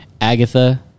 Agatha